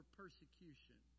persecution